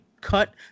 cut